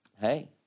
Hey